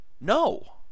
No